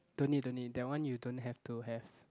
don't need don't need that one you don't have to have